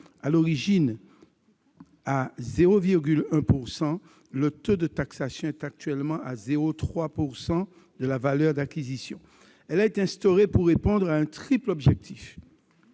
à l'origine à 0,1 %, le taux de taxation est actuellement de 0,3 % de la valeur d'acquisition. Elle a été instaurée pour répondre à un triple objectif